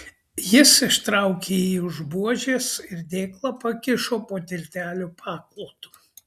jis ištraukė jį už buožės ir dėklą pakišo po tiltelio paklotu